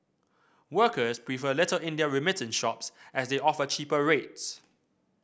workers prefer Little India remittance shops as they offer cheaper rates